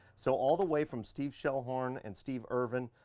so all the way from steve schoellhorn and steve irvin,